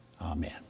Amen